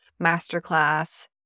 Masterclass